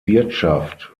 wirtschaft